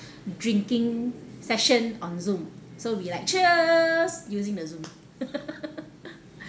drinking session on zoom so we like cheers using the zoom